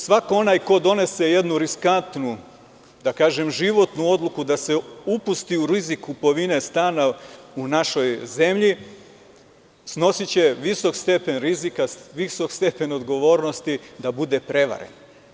Svako onaj ko donese jednu riskantnu, da kažem životnu odluku da se upusti u rizik kupovine stana u našoj zemlji, snosiće visok stepen rizika, visok stepen odgovornosti da bude prevaren.